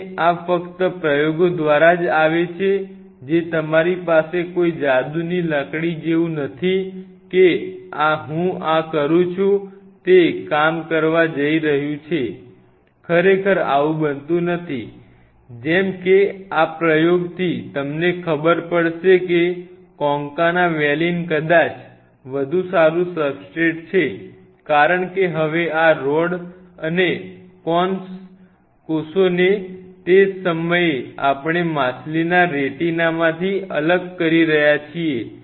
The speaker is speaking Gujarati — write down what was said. અને આ ફક્ત પ્રયોગો દ્વારા જ આવે છે જે તમારી પાસે કોઈ જાદુની લાકડી જેવું નથી કે હું આ કરું છું તે કામ કરવા જઈ રહ્યું છે ખરેખર આવું બનતું નથી જેમ કે આ પ્રયોગથી તમને ખબર પડે છે કે કોન્કાના વેલીન કદાચ વધુ સારું સબસ્ટ્રેટ છે કારણ કે હવે આ રૉડ અને કોન્સ કોષોને તે સમયે આપણે માછલીના રેટિનામાંથી અલગ કરી રહ્યા છીએ